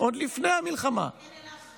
עוד מהאסון של דיר אל-אסד.